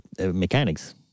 mechanics